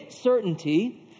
certainty